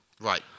Right